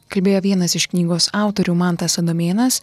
kalbėjo vienas iš knygos autorių mantas adomėnas